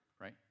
right